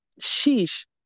sheesh